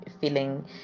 feeling